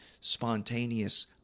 spontaneous